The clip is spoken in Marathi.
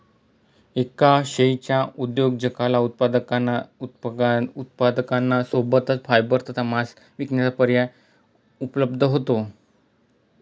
एका शेळीच्या उद्योजकाला उत्पादकांना सोबतच फायबर तथा मांस विकण्याचा पर्याय उपलब्ध होतो